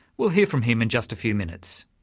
we'll hear from him in just a few minutes.